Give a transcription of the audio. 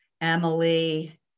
Emily